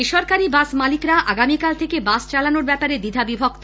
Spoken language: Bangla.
বেসরকারি বাস মালিকরা আগামীকাল থেকে বাস চালানোর ব্যাপারে দ্বিধা বিভক্ত